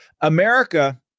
America